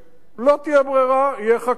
לא תהיה ברירה, תהיה חקיקה.